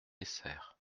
essert